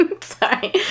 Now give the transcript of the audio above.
sorry